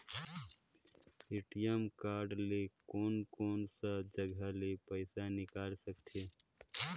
ATM card ले कोन कोन सा जगह ले पइसा निकाल सकथे?